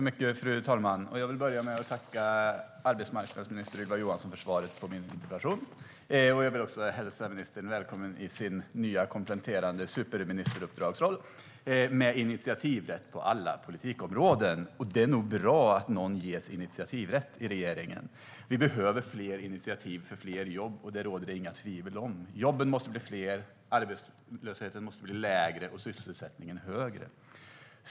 Fru talman! Jag vill börja med att tacka arbetsmarknadsminister Ylva Johansson för svaret på min interpellation. Jag vill också hälsa ministern välkommen i hennes nya kompletterande superministeruppdragsroll med initiativrätt på alla politikområden. Det är nog bra att någon ges initiativrätt i regeringen. Vi behöver fler initiativ för fler jobb. Det råder det inga tvivel om. Jobben måste bli fler, arbetslösheten måste bli lägre och sysselsättningen högre.